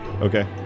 Okay